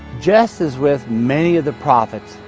just as with many of the prophets,